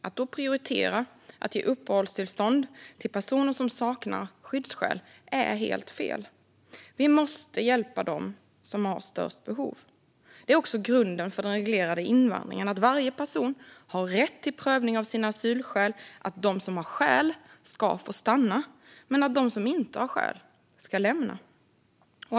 Att då prioritera att ge uppehållstillstånd till personer som saknar skyddsskäl är helt fel. Vi måste hjälpa dem som har störst behov. Det är också grunden för den reglerade invandringen: Varje person har rätt till prövning av sina asylskäl, och de som har skäl ska få stanna medan de som inte har skäl ska lämna Sverige.